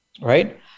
right